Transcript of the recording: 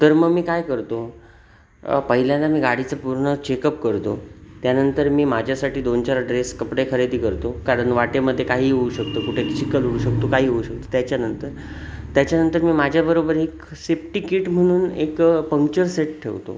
तर मग मी काय करतो पहिल्यांदा मी गाडीचं पूर्ण चेकअप करतो त्यानंतर मी माझ्यासाठी दोन चार ड्रेस कपडे खरेदी करतो कारण वाटेमध्ये काहीही होऊ शकतो कुठे चिखल होऊ शकतो काही होऊ शकतो त्याच्यानंतर त्याच्यानंतर मी माझ्याबरोबर एक सेप्टी किट म्हणून एक पंक्चर सेट ठेवतो